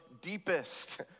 deepest